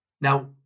Now